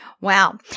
Wow